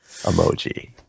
Emoji